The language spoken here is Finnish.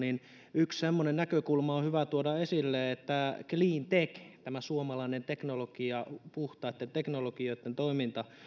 yksi semmoinen näkökulma on hyvä tuoda esille että cleantech tämä suomalainen teknologia puhtaitten teknologioitten toiminta